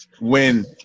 win